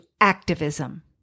activism